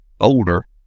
older